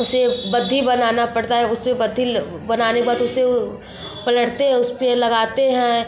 उसे बद्धी बनाना पड़ता है उसे बद्धी बनाने के बाद उसे पलटते हैं उस पर लगाते हैं